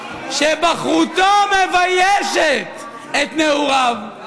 שבחרותו מביישת את נעוריו,